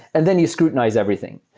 and then you scrutinize everything.